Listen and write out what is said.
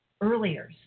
earlier